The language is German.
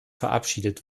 verabschiedet